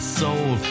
soul